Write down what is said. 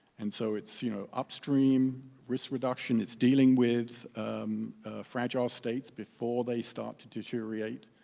and so it's you know upstream risk reduction. it's dealing with fragile states before they start to deteriorate.